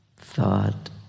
Thought